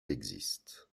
existe